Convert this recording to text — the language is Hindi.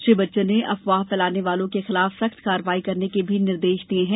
श्री बच्चन ने अफवाह फैलाने वालों के खिलाफ सख्त कार्यवाही करने के भी निर्देश दिये हैं